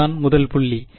அதுதான் முதல் புள்ளி